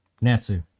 Natsu